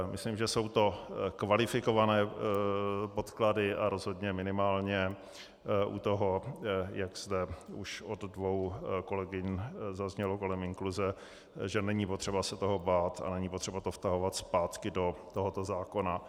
Myslím, že jsou to kvalifikované podklady a rozhodně minimálně u toho, jak zde už od dvou kolegyň zaznělo kolem inkluze, že není potřeba se toho bát a není potřeba to vtahovat zpátky do tohoto zákona.